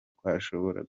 twashobora